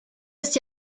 ist